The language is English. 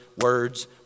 words